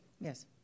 Yes